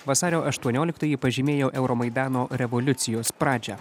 vasario aštuonioliktoji pažymėjo euromaidano revoliucijos pradžią